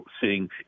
seeing